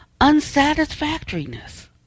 unsatisfactoriness